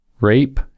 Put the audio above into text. Rape